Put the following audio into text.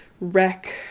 wreck